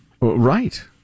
Right